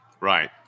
Right